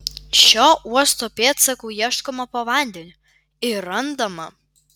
šio uosto pėdsakų ieškoma po vandeniu ir randama